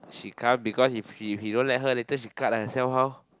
she can't because if he don't let her later she cut herself how